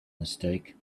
mistake